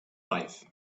life